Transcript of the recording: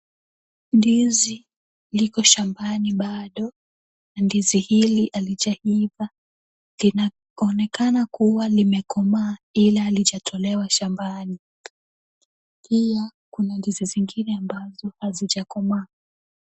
Ndizi liko shambani bado na ndizi hili halijaiva. Linaonekana kuwa limekomaa, ila halijatolewa shambani. Pia kuna ndizi zingine ambazo hazijakomaa.